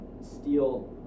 steel